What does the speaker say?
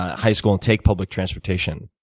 high school and take public transportation.